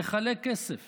נחלק כסף